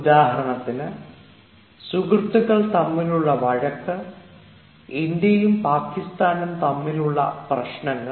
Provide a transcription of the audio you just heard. ഉദാഹരണത്തിന് സുഹൃത്തുക്കൾ തമ്മിലുള്ള വഴക്ക് ഇന്ത്യയും പാകിസ്ഥാനും തമ്മിലുള്ള പ്രശ്നങ്ങൾ